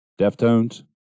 Deftones